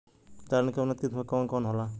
दलहन के उन्नत किस्म कौन कौनहोला?